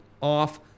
off